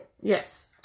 yes